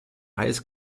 heiß